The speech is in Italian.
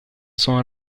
sono